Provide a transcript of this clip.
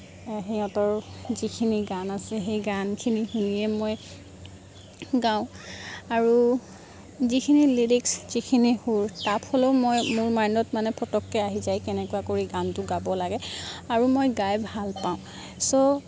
সিহঁতৰ যিখিনি গান আছে সেই গানখিনি শুনিয়েই মই গাওঁ আৰু যিখিনি লিৰিক্ছ যিখিনি সুৰ তাত হ'লেও মই মোৰ মাইণ্ডত পতককৈ আহি যায় মানে কেনেকুৱা কৰি গাব লাগে আৰু মই গাই ভাল পাওঁ